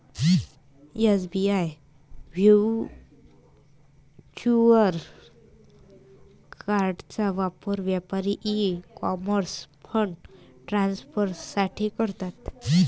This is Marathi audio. एस.बी.आय व्हर्च्युअल कार्डचा वापर व्यापारी ई कॉमर्स फंड ट्रान्सफर साठी करतात